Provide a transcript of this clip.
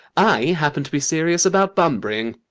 i happen to be serious about bunburying.